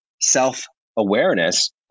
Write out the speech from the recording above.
self-awareness